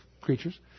creatures